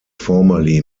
formerly